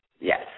Yes